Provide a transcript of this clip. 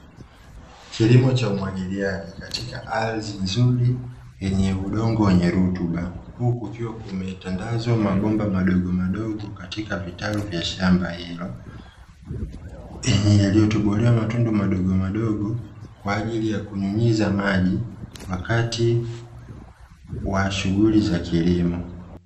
Kilimo cha umwagiliaji katika ardhi nzuri yenye udongo wenye rutuba, huku kukiwa kumetandazwa mabomba madogomadogo katika vitalu vya shamba hilo yaliyotobolewa matundu madogomadogo kwa ajili ya kunyunyiza maji wakati wa shughuli za kilimo.